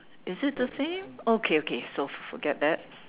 is it the same okay okay so forget that